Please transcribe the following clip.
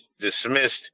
dismissed